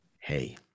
hey